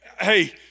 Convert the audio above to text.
hey